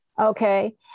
Okay